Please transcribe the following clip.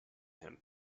him